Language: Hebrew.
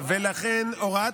אנחנו באנו בטוב.